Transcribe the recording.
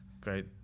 Great